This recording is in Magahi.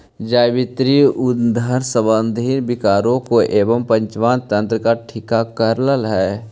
जावित्री उदर संबंधी विकारों को एवं पाचन तंत्र को ठीक करअ हई